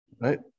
right